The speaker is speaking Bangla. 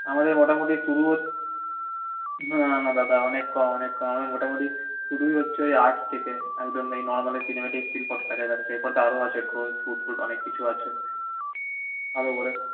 আমাদের মোটামুটি শুরু না না দাদা অনেক কম অনেক কম আমি মোটামুটি শুরুই হচ্ছে ওই আট থেকে একদম নর্মাল সিনেমেটিক স্টিল ফটো থেকে এবারে সেই ফটো আরো আছে গ্রোউইং ফুট টুট আরো অনেক কিছু আছে ভালো করে